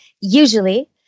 usually